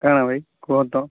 କାଁଣ ଭାଇ କୁହ ତ